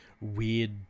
weird